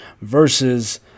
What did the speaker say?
versus